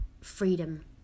freedom